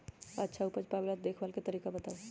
अच्छा उपज पावेला देखभाल के तरीका बताऊ?